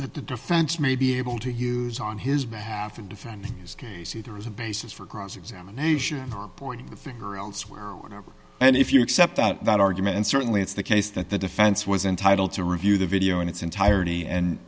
the defense may be able to use on his behalf in defending his case either as a basis for cross examination or pointing the finger elsewhere and if you accept that argument and certainly it's the case that the defense was entitled to review the video in its entirety and